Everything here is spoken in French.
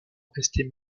restait